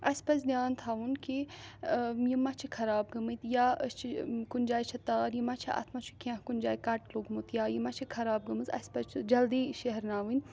اَسہِ پَزِ دِیان تھاوُن کہِ یِم ما چھِ خراب گٔمٕتۍ یا أسۍ چھِ کُنہِ جایہِ چھِ تار یہِ ما چھِ اَتھ ما چھُ کیٚنٛہہ کُنہِ جایہِ کَٹ لوٚگمُت یا یہِ ما چھِ خراب گٔمٕژ اَسہِ پَزِ چھِ جلدی شہرناوٕنۍ